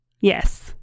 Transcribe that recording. Yes